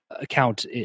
account